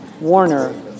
Warner